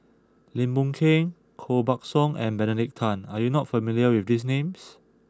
Lim Boon Keng Koh Buck Song and Benedict Tan are you not familiar with these names